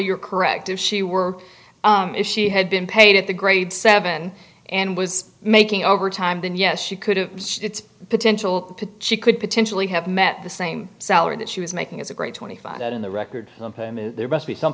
you're correct if she were if she had been paid at the grade seven and was making overtime then yes she could have potential she could potentially have met the same salary that she was making as a great twenty five that in the record company there must be some